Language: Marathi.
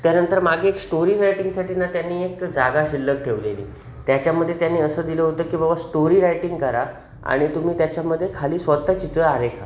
त्यानंतर मागे एक स्टोरी रायटिंगसाठी ना त्यांनी एक जागा शिल्लक ठेवलेली त्याच्यामध्ये त्यांनी असं दिलं होतं की बाबा स्टोरी रायटिंग करा आणि तुम्ही त्याच्यामध्ये खाली स्वतः चित्र आरेखा